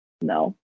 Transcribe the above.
No